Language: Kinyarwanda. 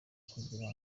kugira